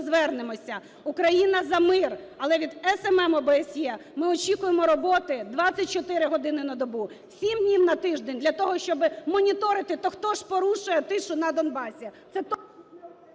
Україна – за мир, але від СММ ОБСЄ ми очікуємо роботи 24 години на добу, 7 днів на тиждень, для того щоби моніторити, то хто ж порушує тишу на Донбасі.